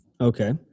Okay